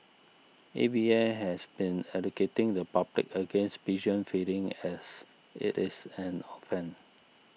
A V A has been educating the public against pigeon feeding as it is an offence